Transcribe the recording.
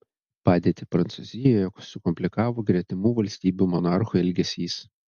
padėtį prancūzijoje sukomplikavo gretimų valstybių monarchų elgesys